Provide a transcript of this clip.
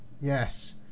yes